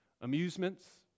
Amusements